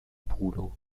bruno